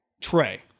Trey